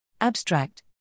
Abstract